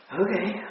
okay